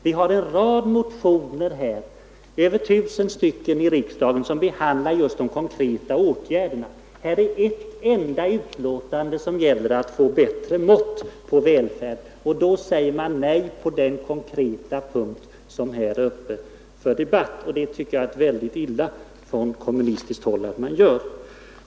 Vi har en rad motioner — över 1000 stycken i år — i riksdagen som behandlar just konkreta åtgärder. Här är ett enda betänkande som gäller att få bättre mått på välfärd. Då säger man nej på den konkreta punkt som är uppe till debatt. Det är det jag tycker är illa att man gör från kommunistiskt håll.